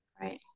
Right